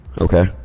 Okay